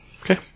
Okay